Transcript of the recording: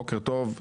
בוקר טוב,